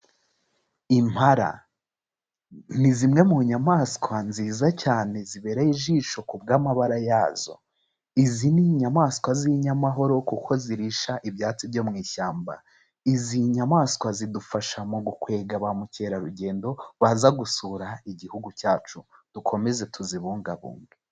Impara, ni zimwe mu nyamaswa nziza cyane zibereye ijisho ku bw'amabara yazo, izi ni inyamaswa z'inyamahoro kuko zirisha ibyatsi byo mu ishyamba, izi nyamaswa zidufasha mu gukwega ba mukerarugendo baza gusura igihugu cyacu, dukomeze tuzibungabunge.